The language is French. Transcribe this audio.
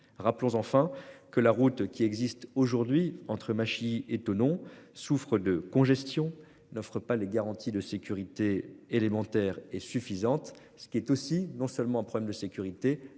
Rappelons enfin que la route qui existe aujourd'hui entre Massy étonnons souffre de congestion n'offrent pas les garanties de sécurité élémentaire et suffisante, ce qui est aussi non seulement un problème de sécurité mais un problème